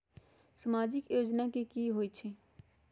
समाजिक योजना की होई छई?